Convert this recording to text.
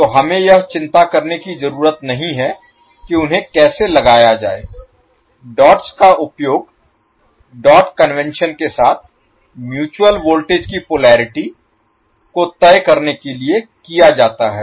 तो हमें यह चिंता करने की जरूरत नहीं है कि उन्हें कैसे लगाया जाए डॉट्स का उपयोग डॉट कन्वेंशन के साथ म्यूचुअल वोल्टेज की पोलेरिटी को तय करने के लिए किया जाता है